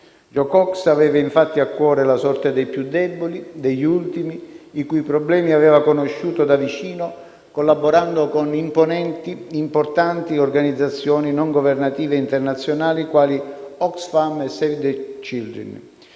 Jo Cox aveva infatti a cuore la sorte dei più deboli, degli ultimi, i cui problemi aveva conosciuto da vicino collaborando con imponenti e importanti organizzazioni non governative internazionali, quali Oxfam e Save the children.